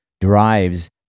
drives